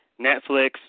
Netflix